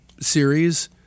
series